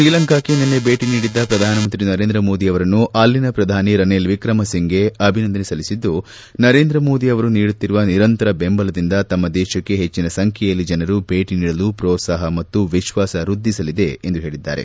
ಶ್ರೀಲಂಕಾಕ್ಷೆ ನಿನ್ನೆ ಭೇಟಿ ನೀಡಿದ್ದ ಪ್ರಧಾನಮಂತ್ರಿ ನರೇಂದ್ರ ಮೋದಿಯವರನ್ನು ಅಲ್ಲಿನ ಪ್ರಧಾನಿ ರನೀಲ್ ವಿಕ್ರಮಸಿಂಘೆ ಅಭಿನಂದನೆ ಸಲ್ಲಿಸಿದ್ದು ನರೇಂದ್ರ ಮೋದಿ ಅವರು ನೀಡುತ್ತಿರುವ ನಿರಂತರ ಬೆಂಬಲದಿಂದ ತಮ್ನ ದೇಶಕ್ಕೆ ಹೆಚ್ಚಿನ ಸಂಖ್ವೆಯಲ್ಲಿ ಜನರು ಭೇಟಿ ನೀಡಲು ಪ್ರೋತ್ಲಾಹ ಮತ್ತು ವಿಶ್ವಾಸ ವೃದ್ದಿಸಲಿದೆ ಎಂದು ಹೇಳಿದ್ದಾರೆ